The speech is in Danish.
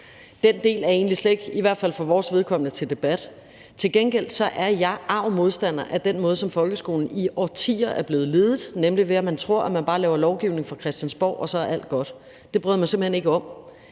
den del er i hvert fald for vores vedkommende egentlig slet ikke til debat. Til gengæld er jeg arg modstander af den måde, som folkeskolen i årtier er blevet ledet på, nemlig ved at man tror, at alt er godt, bare man laver lovgivning fra Christiansborgs side. Det bryder jeg mig simpelt hen ikke om,